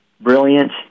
brilliant